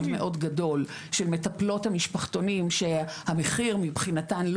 מאוד גדול של מטפלות המשפחתונים שהמחיר מבחינתן,